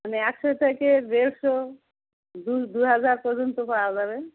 মানে একশো থেকে দেড়শো দু দু হাজার পর্যন্ত পাওয়া যাবে